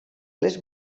les